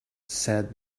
said